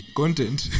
content